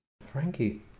Frankie